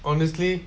honestly